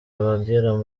abagera